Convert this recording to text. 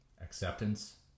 acceptance